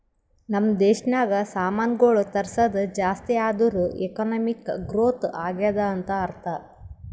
ನಮ್ ದೇಶನಾಗ್ ಸಾಮಾನ್ಗೊಳ್ ತರ್ಸದ್ ಜಾಸ್ತಿ ಆದೂರ್ ಎಕಾನಮಿಕ್ ಗ್ರೋಥ್ ಆಗ್ಯಾದ್ ಅಂತ್ ಅರ್ಥಾ